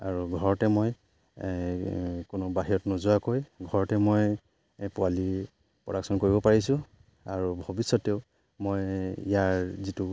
আৰু ঘৰতে মই কোনো বাহিৰত নোযোৱাকৈ ঘৰতে মই পোৱালি প্ৰডাকশ্যন কৰিব পাৰিছোঁ আৰু ভৱিষ্যতেও মই ইয়াৰ যিটো